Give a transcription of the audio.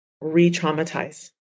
re-traumatize